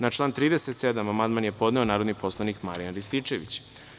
Na član 37. amandman je podneo narodni poslanik Marijan Rističević.